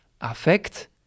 Affect